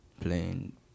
playing